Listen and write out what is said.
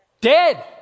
dead